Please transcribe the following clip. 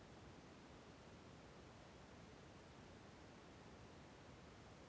ಹವಾಮಾನದ ವರದಿಯನ್ನು ಬೇಸಾಯಕ್ಕೆ ಹೇಗೆ ಅಳವಡಿಸಿಕೊಳ್ಳಬಹುದು?